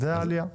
זאת העלייה.